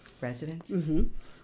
residents